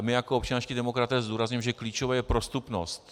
My jako občanští demokraté zdůrazňujeme, že klíčová je prostupnost.